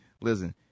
listen